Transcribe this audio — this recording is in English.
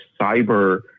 cyber